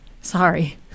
Sorry